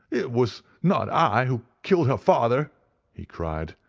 it was not i who killed her father he cried.